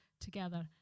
together